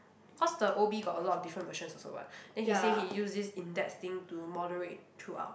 cause the O_B got a lot of different versions also [what] then he say he used this index thing to moderate throughout